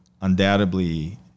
undoubtedly